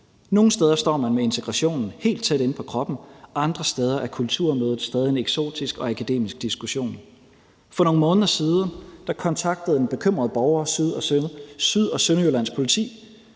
Nogle steder står man med integrationen helt tæt inde på kroppen; andre steder er kulturmødet stadig en eksotisk og akademisk diskussion. For nogle måneder siden kontaktede en bekymret borger Syd- og Sønderjyllands Politi.